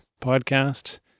podcast